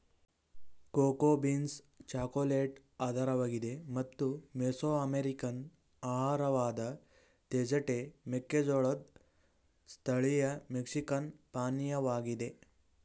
cocoa beans chocolate ಆಧಾರವಾಗಿದೆ ಮತ್ತು Mesoamerican ಆಹಾರವಾದ ತೇಜಟೆ ಮೆಕ್ಕೆಜೋಳದ್ ಸ್ಥಳೀಯ ಮೆಕ್ಸಿಕನ್ ಪಾನೀಯವಾಗಿದೆ